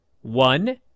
One